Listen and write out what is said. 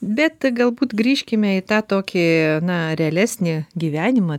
bet galbūt grįžkime į tą tokį na realesnį gyvenimą